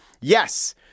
yes